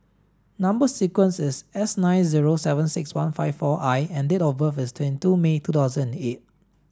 number sequence is S nine zero seven six one five four I and date of birth is twenty two May two thousand and eight